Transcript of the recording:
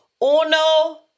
Uno